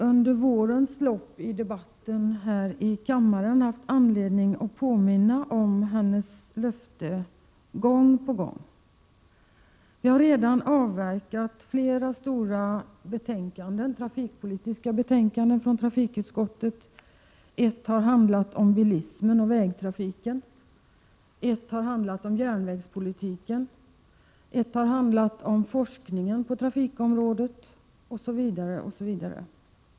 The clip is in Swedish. Under vårens lopp har jag dock gång på gång haft anledning att här i kammaren påminna om vad hon lovat. Kammaren har redan avverkat flera stora trafikpolitiska betänkanden från trafikutskottet. Ett betänkande handlade om bilismen och vägtrafiken, ett annat om järnvägspolitiken, ett tredje om forskningen på trafikområdet osv.